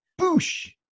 Boosh